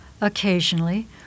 occasionally